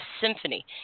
symphony